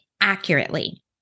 accurately